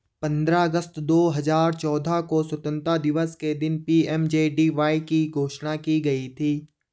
पंद्रह अगस्त दो हजार चौदह को स्वतंत्रता दिवस के दिन पी.एम.जे.डी.वाई की घोषणा की गई थी